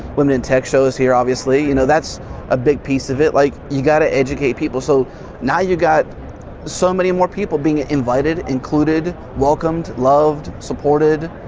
women in tech shows here obviously, you know, that's a big piece of it. like, you've got to educate people. so now you've got so many more people being invited, included, welcomed, loved, supported,